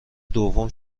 دوم